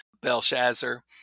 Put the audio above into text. Belshazzar